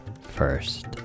first